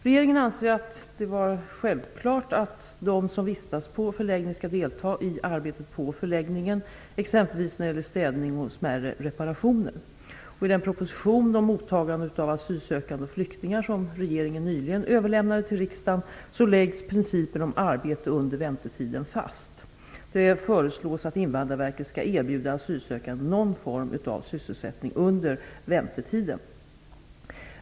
Regeringen anser det vara självklart att de som vistas på förläggning skall delta i arbetet på förläggningen, exempelvis när det gäller städning och smärre reparationer. I den proposition om mottagandet av asylsökande och flyktingar som regeringen nyligen överlämnade till riksdagen läggs principen om arbete under väntetiden fast. Det föreslås att Invandrarverket skall erbjuda asylsökande någon form av sysselsättning under väntetiden.